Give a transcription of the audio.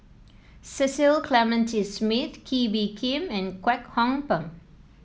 Cecil Clementi Smith Kee Bee Khim and Kwek Hong Png